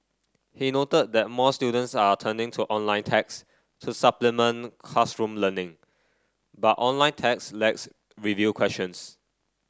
he noted that more students are turning to online text to supplement classroom learning but online text lacks review questions